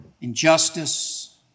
injustice